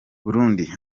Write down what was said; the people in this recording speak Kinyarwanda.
burundi